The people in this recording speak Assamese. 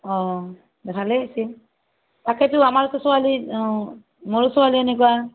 অঁ ভালেই হৈছে তাকেতো আমাৰতো ছোৱালী মোৰ ছোৱালী এনেকুৱা